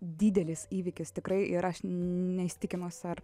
didelis įvykis tikrai ir aš neįsitikinusi ar